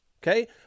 Okay